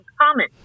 common